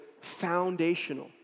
foundational